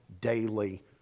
daily